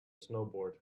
snowboard